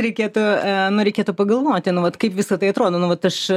reikėtų nu reikėtų pagalvoti nu vat kaip visa tai atrodo nu vat aš